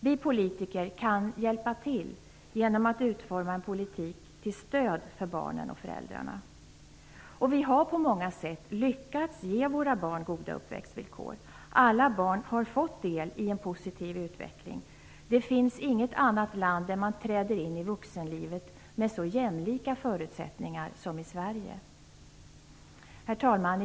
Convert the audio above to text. Vi politiker kan hjälpa till genom att utforma en politik till stöd för barnen och föräldrarna. Vi har på många sätt lyckats ge våra barn goda uppväxtvillkor. Alla barn har fått del i en positiv utveckling. Det finns inget annat land där man träder in i vuxenlivet med så jämlika förutsättningar som i Herr talman!